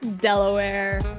Delaware